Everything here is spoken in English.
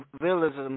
realism